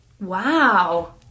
Wow